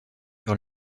sur